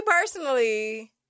personally